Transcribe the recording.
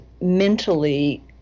mentally